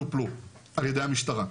טופלו על ידי המשטרה.